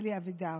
אלי אבידר.